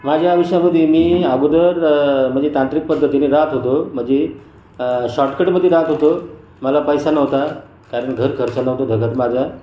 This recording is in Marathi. माझ्या आयुष्यामध्ये मी अगोदर म्हणजे तांत्रिक पद्धतीने राहत होतो म्हणजे शॉटकटमध्ये राहत होतो मला पैसा नव्हता कारण घरखर्चाला होतो धगत माझं